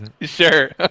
Sure